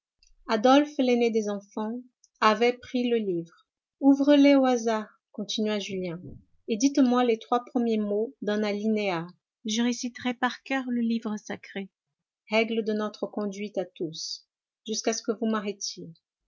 adolphe l'aîné des enfants avait pris le livre ouvrez le au hasard continua julien et dites-moi les trois premiers mots d'un alinéa je réciterai par coeur le livre sacré règle de notre conduite à tous jusqu'à ce que vous